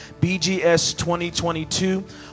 BGS2022